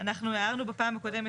אנחנו הערנו בפעם הקודמת.